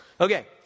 Okay